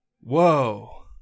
whoa